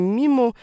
mimo